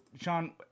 Sean